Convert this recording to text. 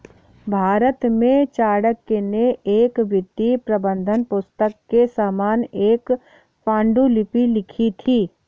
भारत में चाणक्य ने एक वित्तीय प्रबंधन पुस्तक के समान एक पांडुलिपि लिखी थी